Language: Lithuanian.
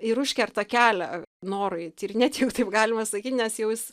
ir užkerta kelią norui tyrinėt jeigu taip galima sakyt nes jau jis